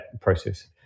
process